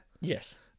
Yes